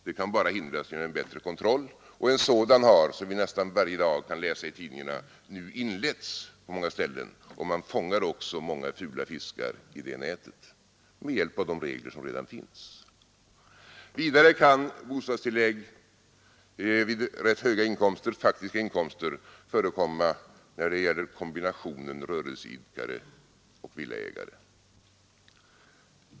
De kan bara förhindras genom en bättre kontroll, och en sådan har, som vi nästan varje dag kan läsa om i tidningarna, nu inletts på många ställen, och man fångar också många fula fiskar i det nätet med hjälp av de regler som redan finns. Vidare kan bostadstillägg vid rätt höga faktiska inkomster förekomma i kombinationen rörelseidkare och villaägare.